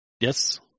Yes